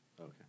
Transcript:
Okay